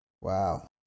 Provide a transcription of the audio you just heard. Wow